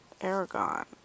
Aragon